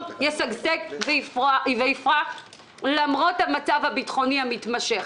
ישגשג ויפרח למרות המצב הביטחוני המתמשך.